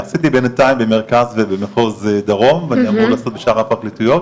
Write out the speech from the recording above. עשיתי בינתיים במרכז ובמחוז דרום ואני אמור לעשות בשאר הפרקליטויות.